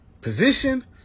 position